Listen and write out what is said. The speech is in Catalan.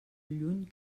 lluny